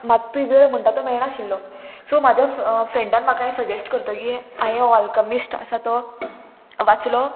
मात तूंय वेळ म्हणटा तो मेळनाशिल्लो सो म्हाज्या फ्रेंडान म्हाका हें सजेस्ट करतगीर हांयें हो अल्कमिस्ट आसा तो वाचलो